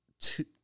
two